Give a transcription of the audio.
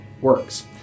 works